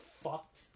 fucked